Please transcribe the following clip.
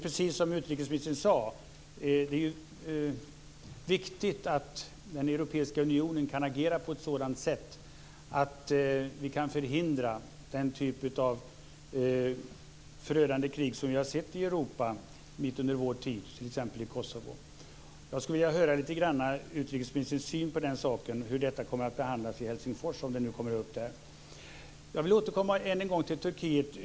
Precis som utrikesministern sade är det ju viktigt att den europeiska unionen kan agera på ett sådant sätt att den typ av förödande krig som vi har sett i Europa under vår tid, t.ex. i Kosovo, kan förhindras. Jag skulle vilja höra lite grann om utrikesministerns syn på den saken och om hur detta kommer att behandlas i Helsingfors - om det nu kommer upp där. Än en gång vill jag återkomma till Turkiet.